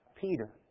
Peter